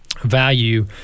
value